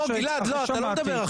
אל תוריד את ההנמקות,